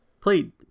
played